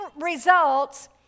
results